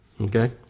okay